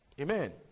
Amen